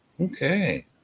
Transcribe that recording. Okay